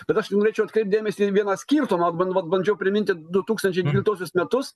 bet aš tai norėčiau atkreipt dėmesį į vieną skirtumą vat vat bandžiau priminti du tūkstančiai dvyliktuosius metus